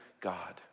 God